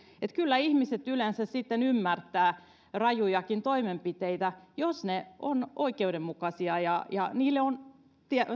kyllä ihmiset yleensä sitten ymmärtävät rajujakin toimenpiteitä jos ne ovat oikeudenmukaisia ja ja niille on